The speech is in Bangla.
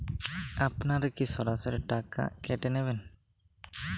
আপনারা কি সরাসরি টাকা কেটে নেবেন?